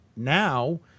Now